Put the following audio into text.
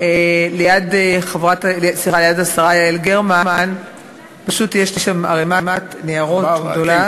ליד השרה גרמן יש לי שם ערמת ניירות גדולה,